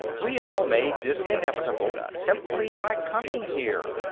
we all made this inevitable simply by coming here.